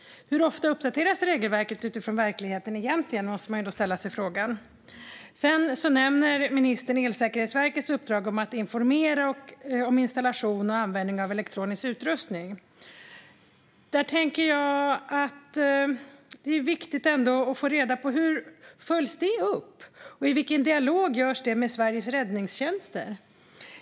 Man måste därför ställa sig frågan hur ofta regelverket egentligen uppdateras utifrån verkligheten. Sedan nämner ministern Elsäkerhetsverkets uppdrag att informera om installation och användning av elektronisk utrustning. Där tänker jag att det är viktigt att få reda på om det följs upp och i vilken dialog med Sveriges räddningstjänster det görs.